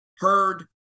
heard